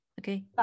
okay